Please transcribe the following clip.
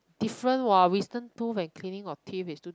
different what wisdom tooth and cleaning of teeth is two